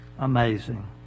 Amazing